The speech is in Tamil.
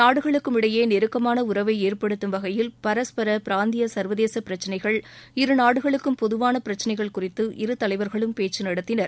நாடுகளுக்கும் இடையே நெருக்கமான உறவை ஏற்படுத்தும் வகையில் பரஸ்பர பிராந்திய சுக்வதேச இரு பிரச்சனைகள் இரு நாடுகளுக்கும் பொதுவான பிரச்சனைகள் குறித்து இரு தலைவர்களும் பேச்சு நடத்தினர்